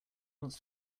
wants